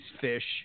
fish